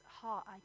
heart